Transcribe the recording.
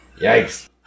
Yikes